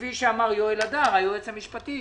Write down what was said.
כפי שאמר יואל הדר היועץ המשפטי,